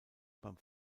beim